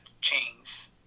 chains